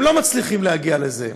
והם לא מצליחים להגיע לזה.